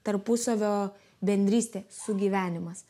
tarpusavio bendrystė sugyvenimas